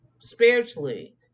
Spiritually